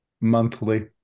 monthly